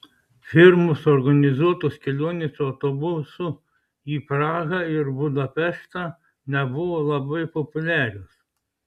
firmos organizuotos kelionės autobusu į prahą ir budapeštą nebuvo labai populiarios